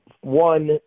one